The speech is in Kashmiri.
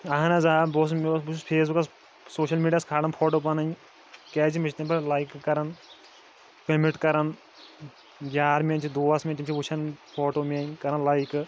اہن حظ آ بہٕ اوسُس مےٚ اوس بہٕ چھُس فیس بُکَس سوشَل میٖڈیاہَس کھالان فوٹو پَنٕنۍ کیٛازِ مےٚ چھِ تِم پَتہٕ لایکہٕ کَران کَمِنٛٹ کَرَن یار میٛٲنۍ چھِ دوس مےٚ تِم چھِ وٕچھان فوٹو میٛٲنۍ کَران لایکہٕ